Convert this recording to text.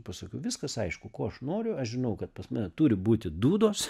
pasakiau viskas aišku ko aš noriu aš žinau kad pas mane turi būti dūdos